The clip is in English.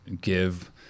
give